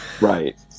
Right